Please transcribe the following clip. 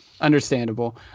Understandable